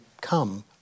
come